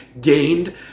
gained